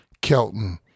Kelton